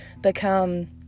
become